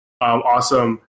awesome